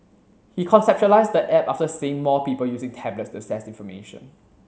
he conceptualised the app after seeing more people using tablets to access information